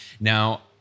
Now